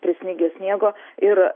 prisnigę sniego ir